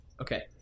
Okay